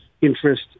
interest